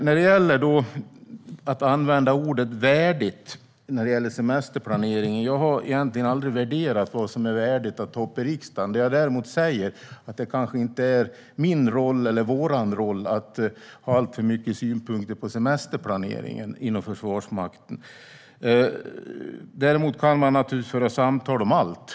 När det gäller att använda ordet värdigt i samband med semesterplanering har jag aldrig värderat vad som är värdigt att ta upp i riksdagen. Det som jag däremot säger är att det kanske inte är min eller vår roll att ha alltför mycket synpunkter på semesterplaneringen inom Försvarsmakten. Men man kan naturligtvis föra samtal om allt.